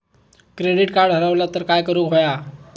Credit card हरवला तर काय करुक होया?